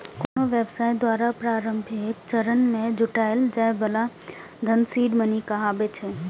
कोनो व्यवसाय द्वारा प्रारंभिक चरण मे जुटायल जाए बला धन सीड मनी कहाबै छै